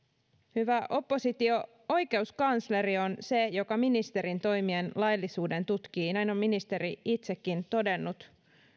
hyvä oppositio oikeuskansleri on se joka ministerin toimien laillisuuden tutkii näin on ministeri itsekin todennut